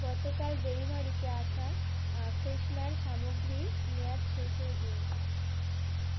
গতকাল ডেলিভারিতে আসা ফ্রেশনার সামগ্রীর মেয়াদ শেষ হয়ে গিয়েছে